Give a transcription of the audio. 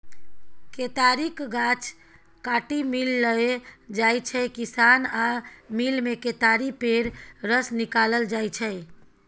केतारीक गाछ काटि मिल लए जाइ छै किसान आ मिलमे केतारी पेर रस निकालल जाइ छै